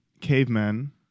cavemen